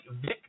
Vic